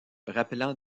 rappelant